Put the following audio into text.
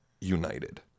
united